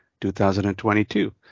2022